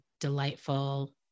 delightful